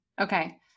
okay